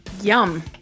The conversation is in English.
Yum